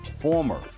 former